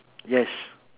yes